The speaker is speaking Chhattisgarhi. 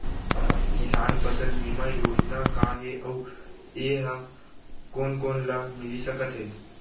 किसान फसल बीमा योजना का हे अऊ ए हा कोन कोन ला मिलिस सकत हे?